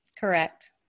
Correct